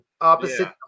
Opposite